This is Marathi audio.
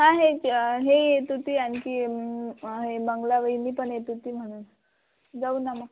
हा हे हे येत होती आणखी मंगलावहिनी पण येत होती म्हणून जाऊ न मग